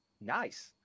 Nice